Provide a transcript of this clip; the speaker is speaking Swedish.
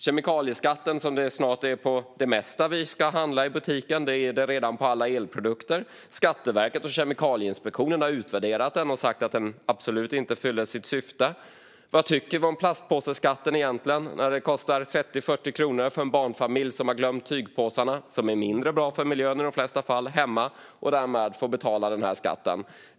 Kemikalieskatten ska snart tas ut på det mesta vi handlar i butiken. Den gäller redan på alla elprodukter. Skatteverket och Kemikalieinspektionen har utvärderat den och sagt att den absolut inte fyller sitt syfte. Och vad tycker vi egentligen om plastpåseskatten när det kostar 30-40 kronor för en barnfamilj som har glömt tygpåsarna, som är mindre bra för miljön i de flesta fall, hemma och därmed får betala denna skatt?